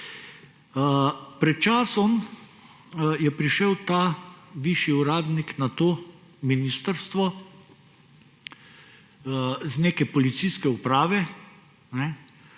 Pred časom je prišel ta višji uradnik na to ministrstvo z neke policijska uprave,